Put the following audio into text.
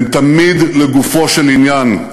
הם תמיד לגופו של עניין,